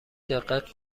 دقت